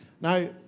Now